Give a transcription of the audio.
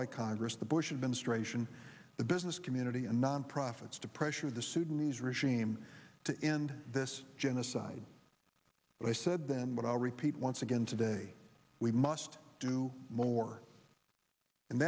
by congress the bush administration the business community and nonprofits to pressure the sudanese regime to end this genocide but i said then what i'll repeat once again today we must do more